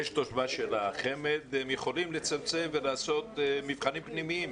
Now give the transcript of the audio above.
יחידות בתושב"ע של החמ"ד הם יכולים לצמצם ולהיבחן במבחנים פנימיים,